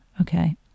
Okay